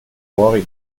cuori